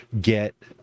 get